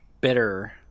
Bitter